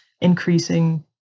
increasing